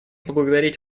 поблагодарить